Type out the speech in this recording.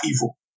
evil